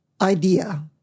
idea